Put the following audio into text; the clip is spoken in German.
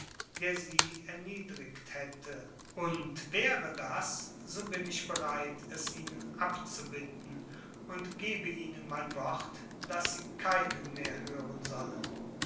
der sie erniedrigt hätte und wäre das so bin ich bereit es ihnen abzubitten und gebe ihnen mein wort daß sie keinen mehr hören sollen